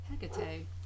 Hecate